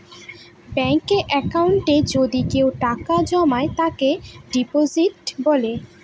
ব্যাঙ্কে একাউন্টে যদি কেউ টাকা জমায় তাকে ডিপোজিট বলে